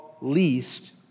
least